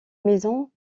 maison